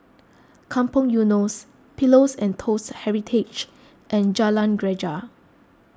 Kampong Eunos Pillows and Toast Heritage and Jalan Greja